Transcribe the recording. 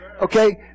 Okay